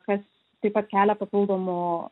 kas taip pat kelia papildomų